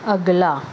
اگلا